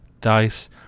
dice